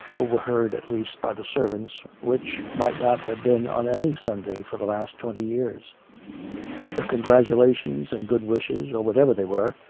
overheard at least by the servants, which might not have been on any sunday for the last twenty years the congratulations and good wishes, or whatever they were,